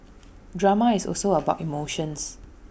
drama is also about emotions